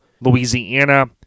Louisiana